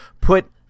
put